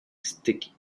sticky